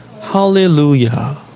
Hallelujah